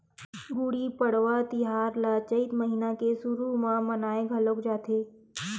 गुड़ी पड़वा तिहार ल चइत महिना के सुरू म मनाए घलोक जाथे